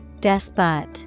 Despot